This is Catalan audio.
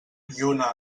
lluna